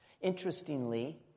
Interestingly